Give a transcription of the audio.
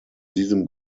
diesem